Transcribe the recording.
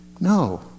No